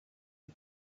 and